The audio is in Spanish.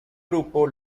grupo